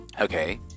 Okay